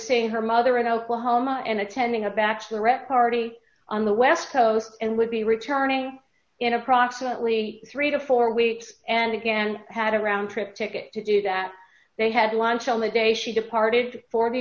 saying her mother in oklahoma and attending a bachelor at party on the west coast and would be returning in approximately three to four weeks and again had a round trip ticket to do that they had lunch l a day she departed for the